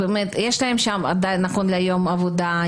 יש לה שם עדיין נכון להיום עבודה,